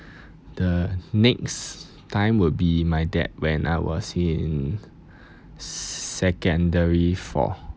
the next time would be my dad when I was in secondary four